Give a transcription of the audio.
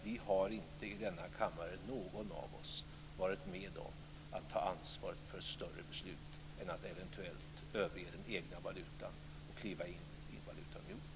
Vi har inte i denna kammare, någon av oss, varit med om att ta ansvaret för ett större beslut än att eventuellt överge den egna valutan och kliva in i en valutaunion.